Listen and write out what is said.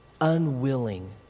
Unwilling